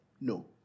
No